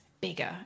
Bigger